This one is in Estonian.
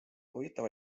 huvitav